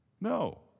No